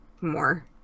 more